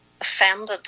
offended